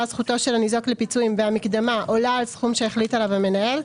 זכותו של הניזוק לפיצויים והמקדמה עולה על הסכום שהחליט עליו המנהל,